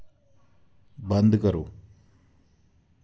बंद करो